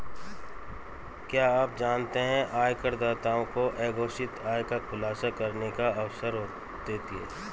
क्या आप जानते है आयकरदाताओं को अघोषित आय का खुलासा करने का अवसर देगी?